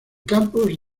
campos